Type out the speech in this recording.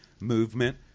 movement